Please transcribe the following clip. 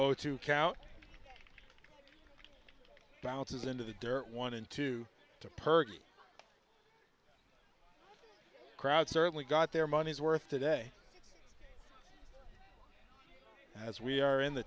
oh to count bounces into the dirt one and two to perk crowd certainly got their money's worth today as we are in the